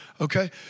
okay